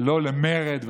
ולא למרד ולנמרוד,